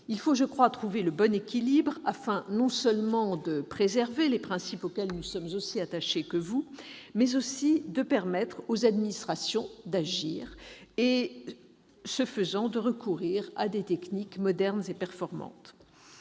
Il faut trouver le bon équilibre, afin non seulement de préserver les principes auxquels nous sommes aussi attachés que vous, mais également de permettre aux administrations d'agir en recourant à des techniques modernes et performantes.